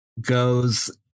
goes